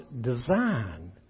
design